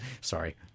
Sorry